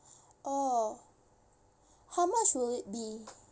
oh how much will it be